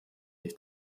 ich